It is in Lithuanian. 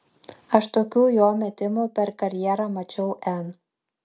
aš tokių jo metimų per karjerą mačiau n